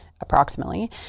approximately